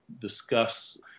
discuss